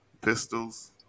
Pistols